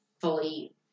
fully